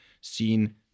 seen